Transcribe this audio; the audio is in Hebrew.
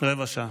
רבע שעה.